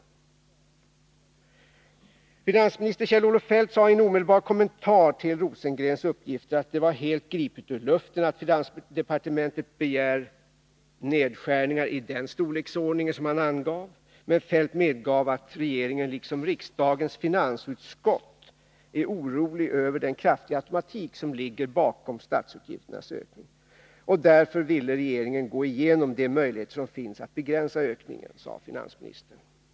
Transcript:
i; Finansminister Kjell-Olof Feldt sade i en omedelbar kommentar till Björn Rosengrens uppgifter att det var helt gripet ur luften att finansdepartementet begär nedskärningar i den storleksordningen. Men Kjell-Olof Feldt medgav att regeringen liksom riksdagens finansutskott var orolig över den kraftiga automatik som ligger bakom statsutgifternas ökning. Därför vill regeringen gå igenom de möjligheter som finns att begränsa ökningen, sade finansministern.